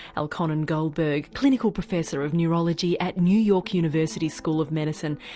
elkhonon goldberg, clinical professor of neurology at new york university school of medicine,